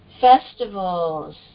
festivals